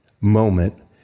moment